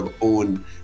own